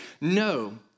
No